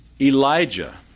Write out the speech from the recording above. Elijah